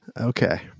Okay